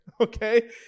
okay